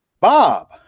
Bob